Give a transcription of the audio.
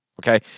Okay